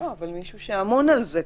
מישהו שאמון על זה,